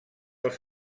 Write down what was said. els